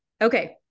Okay